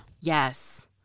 Yes